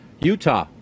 Utah